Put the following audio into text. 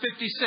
56